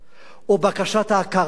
בקשת הסליחה או בקשת ההכרה באירוע.